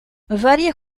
varios